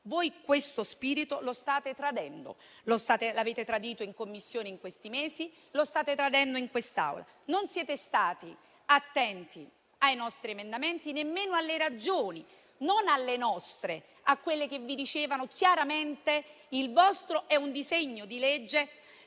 questo spirito: lo avete tradito in Commissione in questi mesi e lo state tradendo in quest'Aula. Non siete stati attenti ai nostri emendamenti e nemmeno alle ragioni, non alle nostre, ma a quelle che coloro che vi dicevano chiaramente che il vostro è un disegno di legge